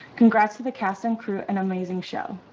congrats to the cast and crew and amazing show.